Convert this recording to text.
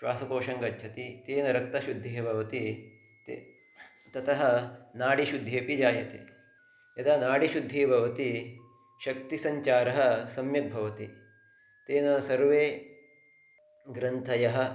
श्वासकोशं गच्छति तेन रक्तशुद्धिः भवति ते ततः नाडीशुद्धिः अपि जायते यदा नाडीशुद्धिः भवति शक्तिसञ्चारः सम्यक् भवति तेन सर्वे ग्रन्थयः